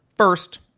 First